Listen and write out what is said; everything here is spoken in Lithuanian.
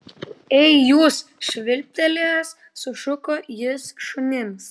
ei jūs švilptelėjęs sušuko jis šunims